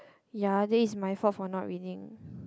yea then it's my fault for not reading